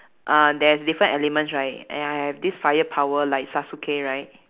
uh there's different elements right and I have this fire power like sasuke right